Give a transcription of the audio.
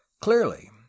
Clearly